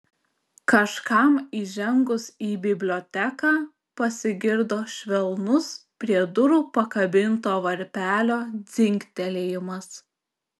kažkam įžengus į biblioteką pasigirdo švelnus prie durų pakabinto varpelio dzingtelėjimas